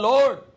Lord